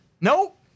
Nope